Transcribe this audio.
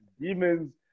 demons